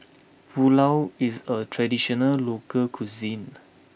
Pulao is a traditional local cuisine